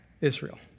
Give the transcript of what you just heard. Israel